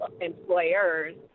employers